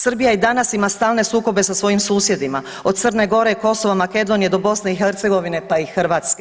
Srbija i danas ima stalne sukobe sa svojim susjedima od Crne Gore, Kosova, Makedonije do BiH pa i Hrvatske.